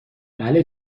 بله